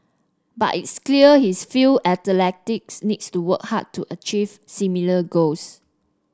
but it's clear his feel athletics needs to work hard to achieve similar goals